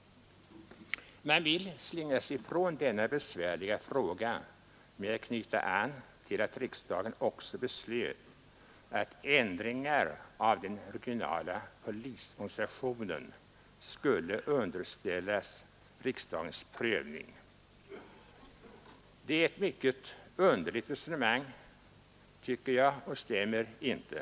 Man vill slingra sig ifrån denna besvärliga fråga med att knyta an till att riksdagen också beslöt att ändringar av den regionala polisorganisationen skulle underställas riksdagens prövning. Detta är ett mycket underligt resonemang och det stämmer inte.